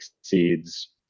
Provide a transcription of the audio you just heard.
exceeds